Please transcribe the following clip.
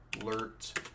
alert